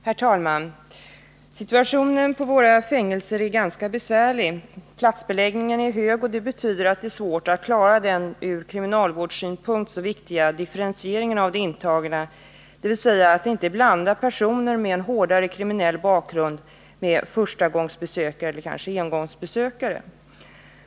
Herr talman! Situationen på våra fängelser är ganska besvärlig. Platsbeläggningen är hög. Det betyder att det är svårt att klara den ur kriminalvårdssynpunkt så viktiga differentieringen av de intagna, dvs. att inte blanda personer med en hårdare kriminell bakgrund med förstagångseller engångsbesökare.